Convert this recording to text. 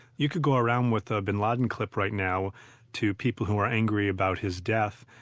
you could go around with a bin laden clip right now to people who are angry about his death,